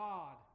God